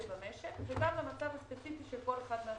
במשק וגם למצב הספציפי של כל אחד מהעסקים.